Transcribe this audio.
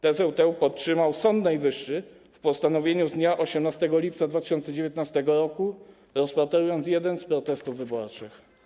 Tezę tę podtrzymał Sąd Najwyższy w postanowieniu z dnia 18 lipca 2019 r., rozpatrując jeden z protestów wyborczych.